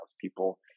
people